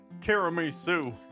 tiramisu